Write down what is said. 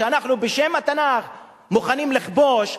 שאנחנו בשם התנ"ך מוכנים לכבוש,